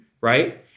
right